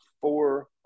four